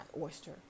oyster